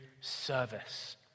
service